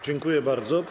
Dziękuję bardzo.